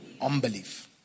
Unbelief